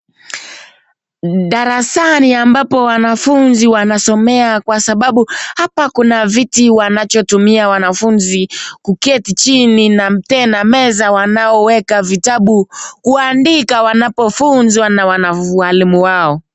Darasani ambapo wanafunzi wanasomea kwa sababu hapa kuna viti ambacho wanatumia wanafunzi kuketi chini na tena meza wanaoweka vitabu kuandika wanapofunzwa na walimu wao.